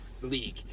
league